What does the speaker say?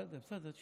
בסדר, בסדר.